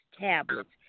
tablets